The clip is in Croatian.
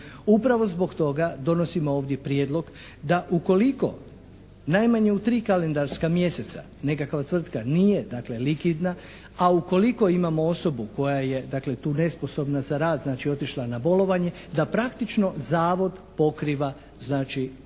Upravo zbog toga donosimo ovdje prijedlog da ukoliko najmanje u tri kalendarska mjeseca nekakva tvrtka nije dakle likvidna, a ukoliko imamo osobu koja je dakle tu nesposobna za rad znači otišla je na bolovanje da praktično Zavod pokriva znači